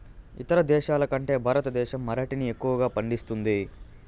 ఇతర దేశాల కంటే భారతదేశం అరటిని ఎక్కువగా పండిస్తుంది